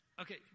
Okay